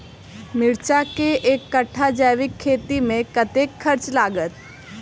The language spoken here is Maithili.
मिर्चा केँ एक कट्ठा जैविक खेती मे कतेक खर्च लागत?